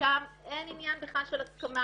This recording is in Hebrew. שם אין בכלל עניין של הסכמה,